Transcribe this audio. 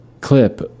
Clip